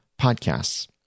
podcasts